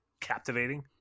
captivating